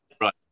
Right